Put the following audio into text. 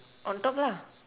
on top lah